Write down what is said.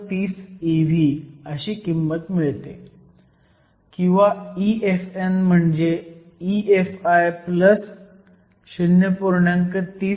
30 ev अशी किंमत मिळते किंवा EFn म्हणजे EFi 0